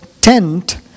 tent